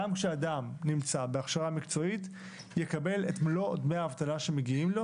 גם כשאדם נמצא בהכשרה מקצועית יקבל את מלוא דמי האבטלה שמגיעים לו,